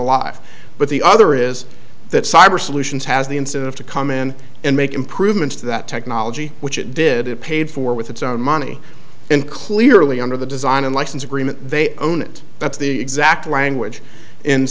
alive but the other is that cyber solutions has the incentive to come in and make improvements to that technology which it did it paid for with its own money and clearly under the design and license agreement they own it that's the exact language in